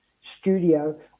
studio